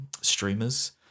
streamers